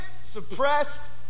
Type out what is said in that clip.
suppressed